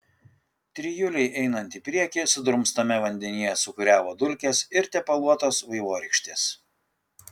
trijulei einant į priekį sudrumstame vandenyje sūkuriavo dulkės ir tepaluotos vaivorykštės